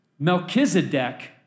Melchizedek